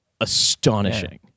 astonishing